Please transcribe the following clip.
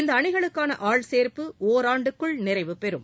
இந்த அணிகளுக்கான ஆள்சேர்ப்பு ஒராண்டுக்குள் நிறைவுபெறும்